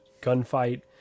gunfight